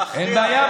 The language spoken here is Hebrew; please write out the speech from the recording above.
אין בעיה,